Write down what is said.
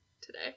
today